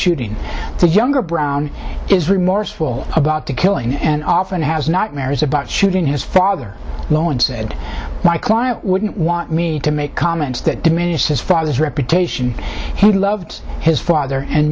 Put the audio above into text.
shooting the younger brown is remorseful about the killing and often has not mares about shooting his father in law and said my client wouldn't want me to make comments that diminish his father's reputation he loved his father and